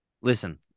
listen